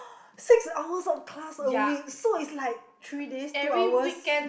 six hours of class a week so is like three days two hours